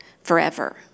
forever